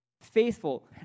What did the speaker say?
faithful